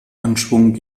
anschwung